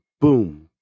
Boom